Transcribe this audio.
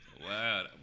wow